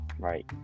Right